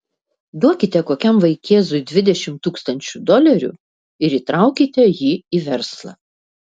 duokite kokiam vaikėzui dvidešimt tūkstančių dolerių ir įtraukite jį į verslą